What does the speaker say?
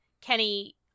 Kenny